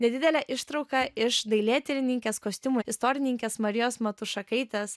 nedidelę ištrauka iš dailėtyrininkės kostiumų istorininkės marijos matušakaitės